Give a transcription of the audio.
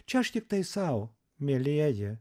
čia aš tiktai sau mielieji